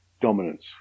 dominance